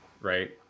right